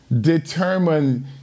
determine